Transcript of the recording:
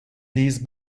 these